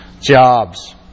jobs